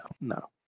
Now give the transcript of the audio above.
no